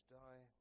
die